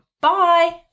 Bye